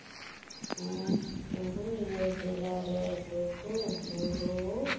ᱯᱩᱨᱩᱞᱤᱭᱟᱹ ᱡᱮᱞᱟ ᱨᱮ ᱞᱩᱜᱩ ᱵᱩᱨᱩ